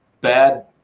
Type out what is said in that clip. bad